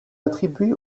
attribués